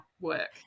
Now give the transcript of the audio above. work